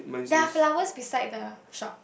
there are flowers beside the shop